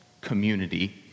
community